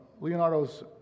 Leonardo's